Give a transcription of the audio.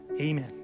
Amen